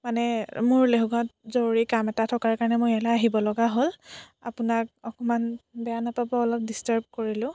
মানে মোৰ লেহুগাঁৱত জৰুৰী কাম এটা থকাৰ কাৰণে মই ইয়ালৈ আহিব লগা হ'ল আপোনাক অকণমান বেয়া নাপাব অলপ ডিষ্টাৰ্ব কৰিলোঁ